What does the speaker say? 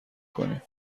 کنیم